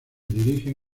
dirigen